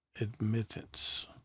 admittance